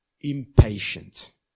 impatient